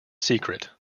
secret